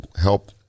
help